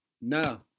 no